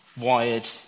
wired